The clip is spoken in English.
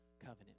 covenant